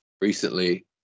recently